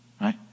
right